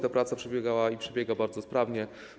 Ta praca przebiegała i przebiega bardzo sprawnie.